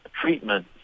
treatment